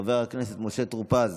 חבר הכנסת משה טור פז,